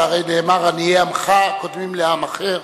שהרי נאמר: עניי עמך קודמים לעם אחר,